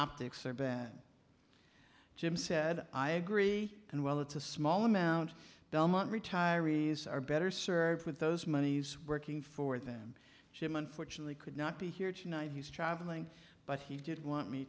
optics are bad jim said i agree and while it's a small amount belmont retirees are better served with those monies working for them jim unfortunately could not be here tonight he's traveling but he did want me